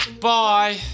bye